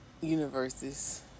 universes